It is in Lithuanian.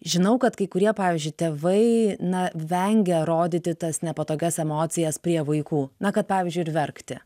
žinau kad kai kurie pavyzdžiui tėvai na vengia rodyti tas nepatogias emocijas prie vaikų na kad pavyzdžiui ir verkti